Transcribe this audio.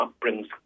brings